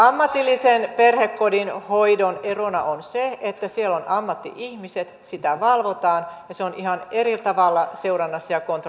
ammatillisen perhekodin hoidon erona on se että siellä on ammatti ihmiset sitä valvotaan ja se on ihan eri tavalla seurannassa ja kontrollissa